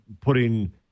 putting